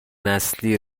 نسلی